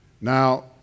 Now